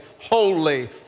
holy